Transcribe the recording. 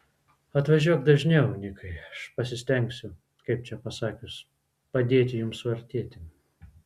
atvažiuok dažniau nikai aš pasistengsiu kaip čia pasakius padėti jums suartėti